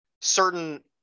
certain